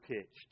pitched